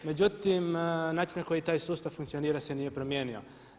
Međutim, način na koji taj sustav funkcionira se nije promijenio.